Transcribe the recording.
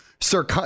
Sir